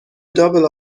double